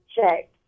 check